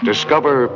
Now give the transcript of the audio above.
Discover